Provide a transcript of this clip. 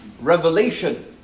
revelation